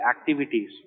activities